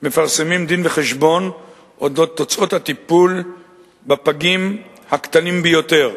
מפרסמים דין-וחשבון על תוצאות הטיפול בפגים הקטנים ביותר.